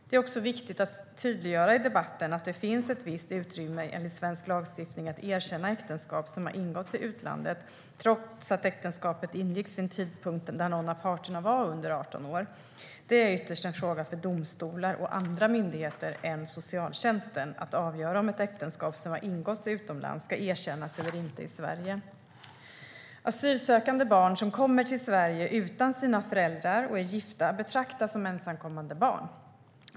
Det är också viktigt att tydliggöra i debatten att det finns ett visst utrymme enligt svensk lagstiftning att erkänna äktenskap som har ingåtts i utlandet, trots att äktenskapet ingicks vid en tidpunkt när någon av parterna var under 18 år. Det är ytterst en fråga för domstolar och andra myndigheter än socialtjänsten att avgöra om ett äktenskap som har ingåtts utomlands ska erkännas eller inte i Sverige. Asylsökande barn som kommer till Sverige utan sina föräldrar och är gifta betraktas som ensamkommande barn.